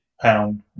pound